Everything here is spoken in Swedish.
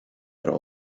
dra